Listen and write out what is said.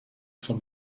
von